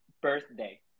birthday